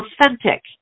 authentic